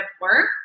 work